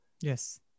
yes